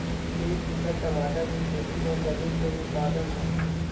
एक एकड़ टमाटर के खेती म कतेकन उत्पादन होही?